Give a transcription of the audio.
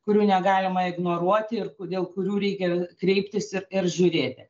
kurių negalima ignoruoti ir ku dėl kurių reikia kreiptis ir ir žiūrėti